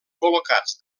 col·locats